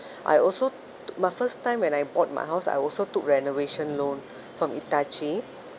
I also t~ my first time when I bought my house I also took renovation loan from hitachi